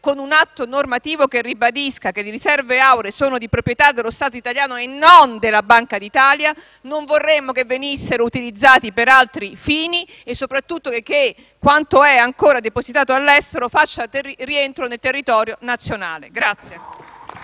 con un atto normativo, che ribadisca che le riserve auree sono di proprietà dello Stato italiano e non della Banca d'Italia, perché non vorremmo che venissero utilizzate per altri fini. Soprattutto vogliamo che quanto è ancora depositato all'estero faccia rientro nel territorio nazionale. *(Applausi